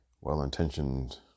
well-intentioned